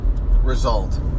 result